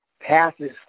passes